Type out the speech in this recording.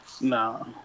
No